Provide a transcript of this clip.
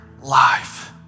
life